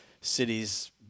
cities